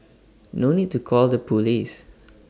no need to call the Police